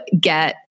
get